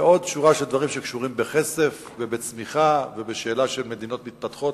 ועוד שורה של דברים שקשורים בכסף ובצמיחה ובשאלה של מדינות מתפתחות